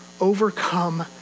overcome